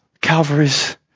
Calvary's